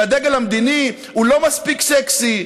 שהדגל המדיני הוא לא מספיק סקסי,